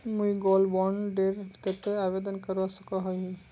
मुई gold bond डेर केते आवेदन करवा सकोहो ही?